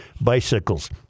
bicycles